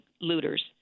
looters